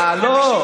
לא.